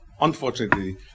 unfortunately